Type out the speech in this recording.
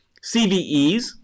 CVEs